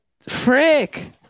Frick